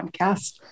podcast